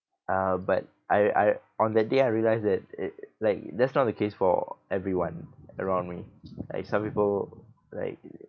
uh but I I on that day I realised that it like that's not the case for everyone around me like some people like